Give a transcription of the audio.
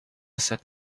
said